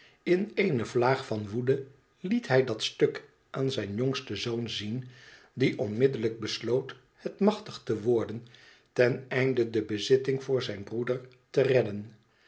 in eene vlaag van woede liet hij dat stuk aan zijn jongsten zoon zien die onmiddellijk besloot het machtig te worden ten einde de bezitting voor zijn broeder te redden